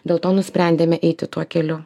dėl to nusprendėme eiti tuo keliu